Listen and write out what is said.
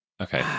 Okay